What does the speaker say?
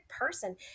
person